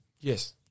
Yes